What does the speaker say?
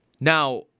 Now